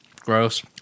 gross